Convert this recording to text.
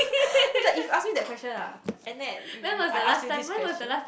is like if ask me that question ah and then you I ask you this question